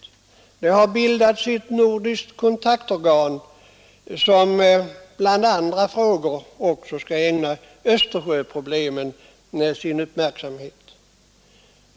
Det har bildats ett nordiskt kontaktorgan som bland andra frågor också skall ägna Östersjöproblemen sin uppmärksamhet.